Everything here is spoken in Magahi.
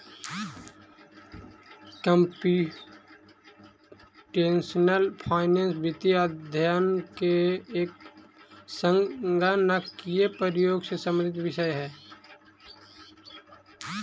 कंप्यूटेशनल फाइनेंस वित्तीय अध्ययन के लिए संगणकीय प्रयोग से संबंधित विषय है